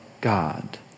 God